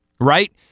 right